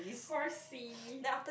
horsey